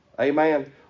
Amen